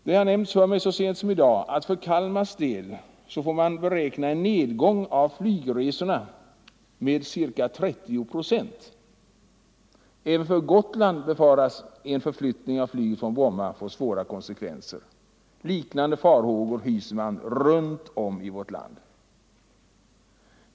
Det har nämnts för mig så sent som i dag att för Kalmars del får man beräkna en nedgång av flygresorna med ca 30 procent. Även för Gotland befaras en förflyttning av flyget från Bromma få svåra konsekvenser. Liknande farhågor hyser man runt om i vårt land.